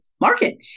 market